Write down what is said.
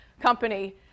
company